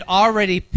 already